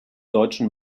deutschen